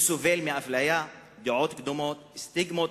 שסובל מאפליה, דעות קדומות, סטיגמות,